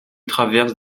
traverses